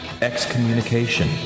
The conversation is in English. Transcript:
Excommunication